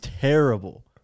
terrible